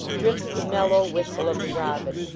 drifts the mel low whistle of the robin.